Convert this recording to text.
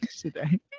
today